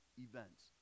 events